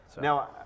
Now